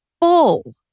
full